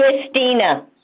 Christina